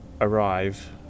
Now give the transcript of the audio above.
arrive